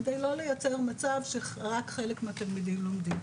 כדי לא לייצר מצב שרק חלק מהתלמידים לומדים.